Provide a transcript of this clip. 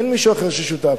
אין מישהו אחר ששותף.